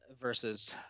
versus